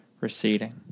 receding